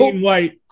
white